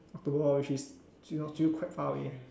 October lor which is still still quite far away